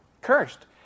Cursed